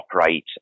operate